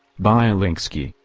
byelinksky,